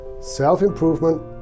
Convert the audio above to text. self-improvement